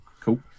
Cool